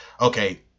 okay